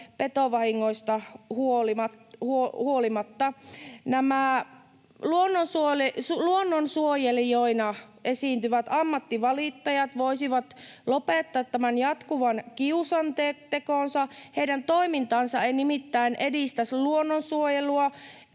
petovahingoista huolimatta. Nämä luonnonsuojelijoina esiintyvät ammattivalittajat voisivat lopettaa tämän jatkuvan kiusantekonsa. Heidän toimintansa ei nimittäin edistä luonnonsuojelua,